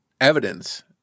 evidence